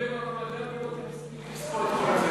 ייגמר הרמדאן ולא תספיק לספור את כל הגזירות.